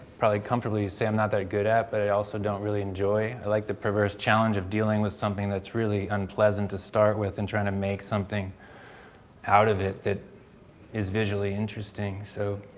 probably comfortably say i'm not that good at but i also don't really enjoy. i like the perverse challenge of dealing with something that's really unpleasant to start with and trying to make something out of it that is visually interesting, so.